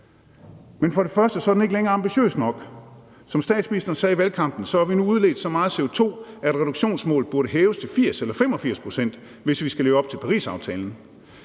Men for det første er den ikke længere ambitiøs nok. Som statsministeren sagde i valgkampen, har vi nu udledt så meget CO2, at reduktionsmålet burde hæves til 80 eller 85 pct., hvis vi skal leve op til Parisaftalen.